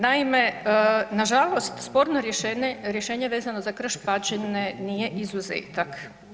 Naime, nažalost sporno rješenje vezano za Krš-Pađene nije izuzetak.